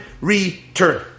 return